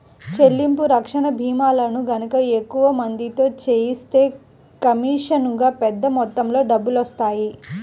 చెల్లింపు రక్షణ భీమాలను గనక ఎక్కువ మందితో చేయిస్తే కమీషనుగా పెద్ద మొత్తంలో డబ్బులొత్తాయి